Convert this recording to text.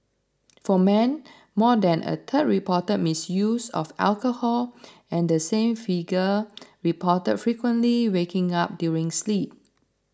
for men more than a third reported misuse of alcohol and the same figure reported frequently waking up during sleep